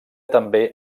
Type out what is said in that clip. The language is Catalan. també